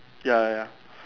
ya ya ya